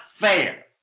fair